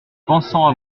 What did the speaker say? pensant